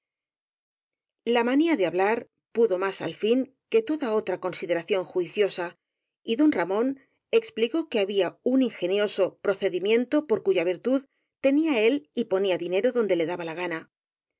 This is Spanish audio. la manía de hablar pudo más al fin que toda otra consideración juiciosa y don ramón explicó que había un ingenioso procedimiento por cuya virtud tenía él y ponía dinero donde le daba la gana